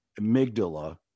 amygdala